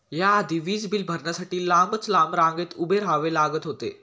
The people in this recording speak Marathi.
या आधी वीज बिल भरण्यासाठी लांबच लांब रांगेत उभे राहावे लागत होते